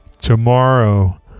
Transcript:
tomorrow